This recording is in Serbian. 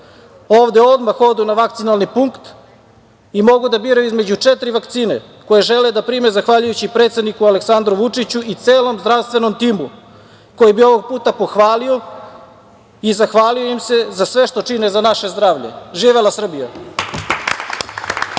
Ovde odmah odu na vakcinalni punkt i mogu da biraju između četiri vakcine koje žele da prime zahvaljujući predsedniku Aleksandru Vučiću i celom zdravstvenom timu, koji bi ovog puta pohvalio i zahvalio im se za sve što čine za naše zdravlje. Živela Srbija.